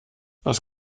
was